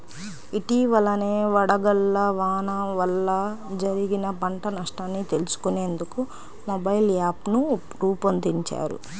ఇటీవలనే వడగళ్ల వాన వల్ల జరిగిన పంట నష్టాన్ని తెలుసుకునేందుకు మొబైల్ యాప్ను రూపొందించారు